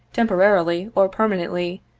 temporarily or per manently,